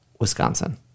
Wisconsin